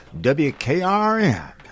WKRN